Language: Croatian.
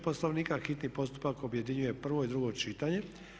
Poslovnika hitni postupak objedinjuje prvo i drugo čitanje.